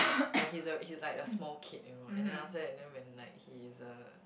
like he's a he's like a small kid you know and then after that then when like he's a